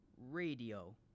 Radio